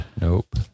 Nope